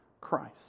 Christ